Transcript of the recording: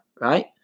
right